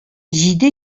җиде